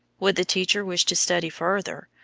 would the teacher wish to study further,